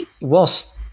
whilst